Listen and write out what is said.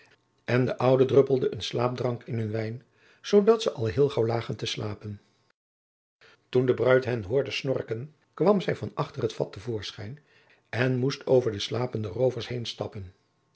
en de oude druppelde een slaapdrank in hun wijn zoodat ze al heel gauw lagen te slapen toen de bruid hen hoorde snorken kwam zij van achter het vat te voorschijn en moest over de slapende roovers